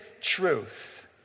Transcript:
truth